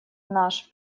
наш